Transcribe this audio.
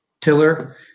tiller